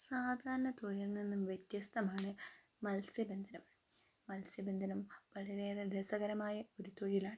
സാധാരണ തൊഴിലിൽ നിന്നും വ്യത്യസ്തമാണ് മത്സ്യബന്ധനം മത്സ്യബന്ധനം വളരെയേറെ രസകരമായ ഒരു തൊഴിലാണ്